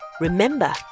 remember